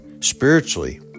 spiritually